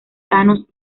thanos